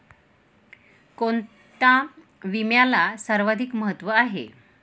कोणता विम्याला सर्वाधिक महत्व आहे?